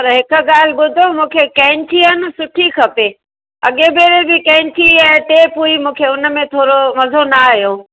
पर हिकु ॻाल्हि ॿुधो मूंखे कैंची आहे न सुठी खपे अॻिए भेरे जी कैंची ऐं टेप हुई मूंखे उन में पूरो मज़ो न आहियो